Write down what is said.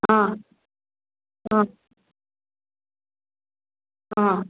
ꯑꯥ ꯑꯥ ꯑꯥ